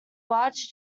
large